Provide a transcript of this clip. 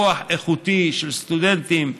כוח איכותי של סטודנטים,